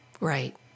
Right